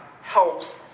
helps